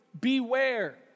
beware